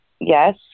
Yes